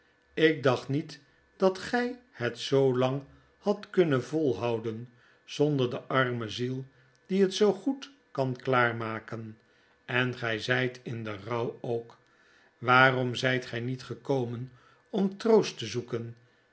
ik dacht niet dat gij het zoo lang hadt kunnen volhouden zonder de arme ziel die het zoo goed kan klaarmaken en gij zjjt in den rouw ookp waarom zjjt gij nietgekomen om troostte zoeken